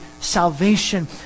salvation